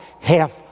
half